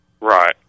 Right